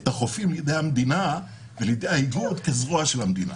את החופים לידי המדינה ולידי האיגוד כזרוע של המדינה.